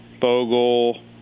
Bogle